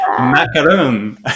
macaroon